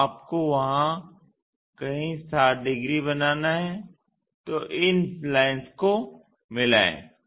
तो आपको वहां कहीं 60 डिग्री बनाना है तो इन लाइंस को मिलाएं